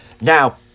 Now